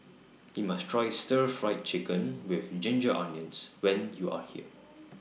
YOU must Try Stir Fried Chicken with Ginger Onions when YOU Are here